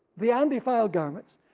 the undefiled garments,